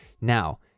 Now